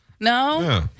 No